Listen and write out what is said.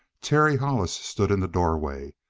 terry hollis stood in the doorway,